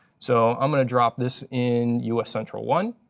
so i'm going to drop this in us central one.